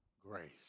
grace